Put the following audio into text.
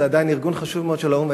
זה עדיין ארגון חשוב מאוד של האו"ם,